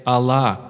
Allah